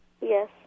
Yes